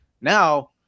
Now